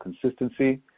consistency